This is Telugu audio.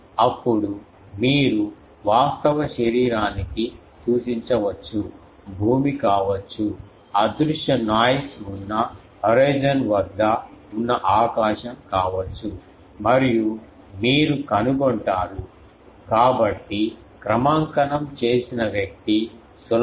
అప్పుడు మీరు వాస్తవ శరీరానికి సూచించవచ్చు భూమి కావచ్చు అదృశ్య నాయిస్ ఉన్న హోరిజోన్ వద్ద ఉన్న ఆకాశం కావచ్చు మరియు మీరు కనుగొంటారు కాబట్టి క్రమాంకనం చేసిన వ్యక్తి సులభంగా తెలుసుకోవచ్చు